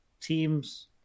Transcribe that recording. teams